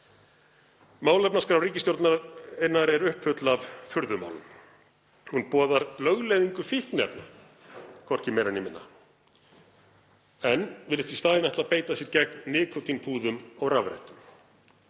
Málefnaskrá ríkisstjórnarinnar er uppfull af furðumálum. Hún boðar lögleiðingu fíkniefna, hvorki meira né minna, en virðist í staðinn ætla að beita sér gegn nikótínpúðum og rafrettum.